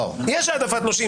יש העדפת נושים.